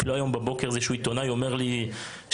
אפילו היום בבוקר איזשהו עיתונאי אמר לי שזו